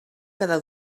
cada